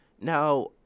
Now